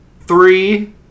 Three